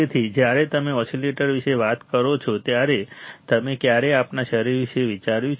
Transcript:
તેથી જ્યારે તમે ઓસિલેટર વિશે વાત કરો છો ત્યારે તમે ક્યારેય આપણા શરીર વિશે વિચાર્યું છે